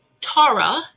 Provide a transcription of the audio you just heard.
Tara